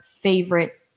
favorite